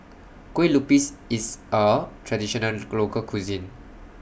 Kueh Lupis IS A Traditional Local Cuisine